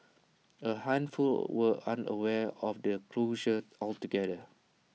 A handful were unaware of the closure altogether